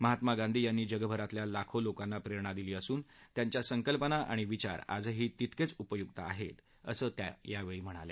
महात्मा गांधी यांनी जगभरातल्या लाखो लोकांना प्रेरणा दिली असून त्यांच्या संकल्पना आणि विचार आजही तितकेच उपयुक्त आहेत असंही त्या म्हणाल्या